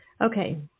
Okay